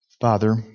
Father